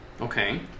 Okay